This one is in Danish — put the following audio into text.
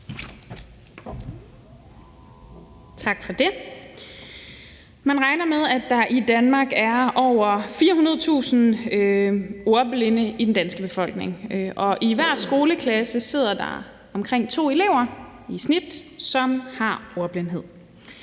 Tak for det. Man regner med, at der i Danmark er over 400.000 ordblinde i den danske befolkning, og i hver skoleklasse sidder der i snit omkring to elever, som har ordblindhed.